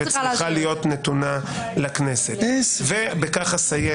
צריכה להיות נתונה לכנסת, ובכך אסיים.